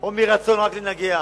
או מרצון רק לנגח.